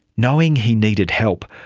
knowing he needed help,